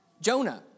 Jonah